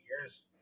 years